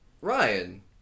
Ryan